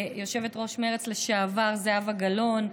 יושבת-ראש מרצ לשעבר זהבה גלאון.